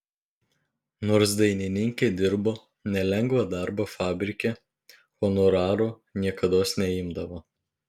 nors dainininkė dirbo nelengvą darbą fabrike honoraro niekados neimdavo